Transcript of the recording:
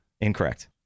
Incorrect